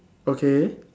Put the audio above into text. okay